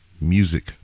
Music